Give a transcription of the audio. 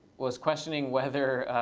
was questioning whether